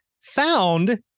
found